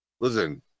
Listen